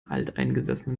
alteingesessenen